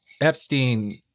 Epstein